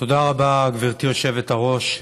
תודה רבה, גברתי היושבת-ראש.